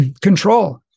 control